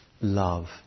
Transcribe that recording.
love